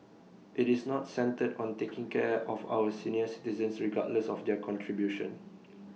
IT is not centred on taking care of our senior citizens regardless of their contribution